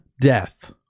Death